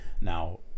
Now